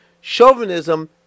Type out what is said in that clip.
chauvinism